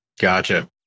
Gotcha